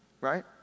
right